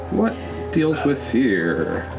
what deals with fear?